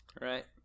Right